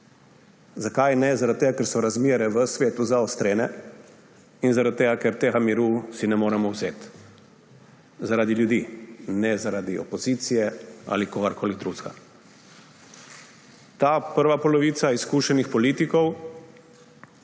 Zakaj ne? Zaradi tega, ker so razmere v svetu zaostrene, in zaradi tega, ker tega miru si ne moremo vzeti – zaradi ljudi, ne zaradi opozicije ali kogarkoli drugega. Ta prva polovica izkušenih politikov